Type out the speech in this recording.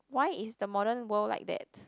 why is the modern world like that